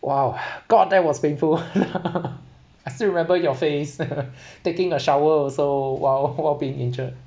!wow! god that was painful I still remember your face taking a shower also while while being injured